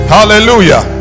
Hallelujah